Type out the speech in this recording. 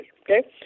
okay